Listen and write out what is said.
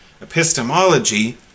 epistemology